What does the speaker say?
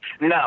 No